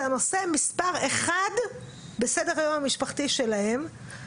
הנושא מספר אחד בסדר היום המשפחתי שלהם.